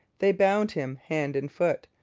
they bound him hand and foot,